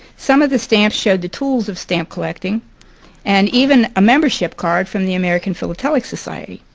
some of the stamps showed the tools of stamp collecting and even a membership card from the american philatelic society.